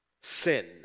sin